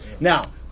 Now